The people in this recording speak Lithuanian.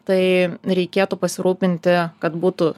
tai reikėtų pasirūpinti kad būtų